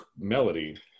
melody